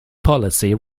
policy